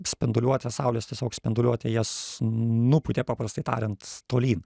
spinduliuotė saulės tiesiog spinduliuotė jas nupūtė paprastai tariant tolyn